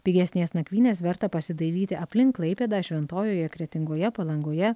pigesnės nakvynės verta pasidairyti aplink klaipėdą šventojoje kretingoje palangoje